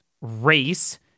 race